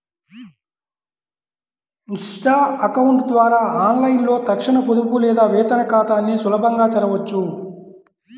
Insta account ద్వారా ఆన్లైన్లో తక్షణ పొదుపు లేదా వేతన ఖాతాని సులభంగా తెరవొచ్చు